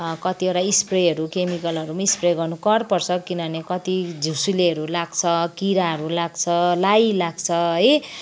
कतिवटा स्प्रेहरू केमिकलहरू पनि स्प्रे गर्नु कर पर्छ किनभने कति झुसुलेहरू लाग्छ किराहरू लाग्छ लाई लाग्छ है